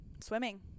swimming